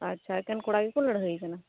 ᱟᱪᱪᱷᱟ ᱮᱠᱷᱮᱱ ᱠᱚᱲᱟ ᱜᱮ ᱠᱚ ᱞᱟᱹᱲᱦᱟᱹᱭ ᱠᱟᱱᱟ